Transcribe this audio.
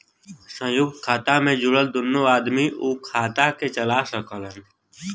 संयुक्त खाता मे जुड़ल दुन्नो आदमी उ खाता के चला सकलन